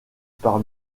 par